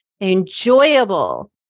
enjoyable